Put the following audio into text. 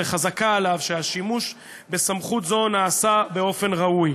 וחזקה עליו שהשימוש בסמכות זו נעשה באופן ראוי.